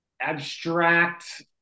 Abstract